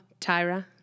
Tyra